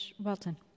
Welton